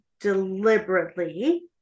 deliberately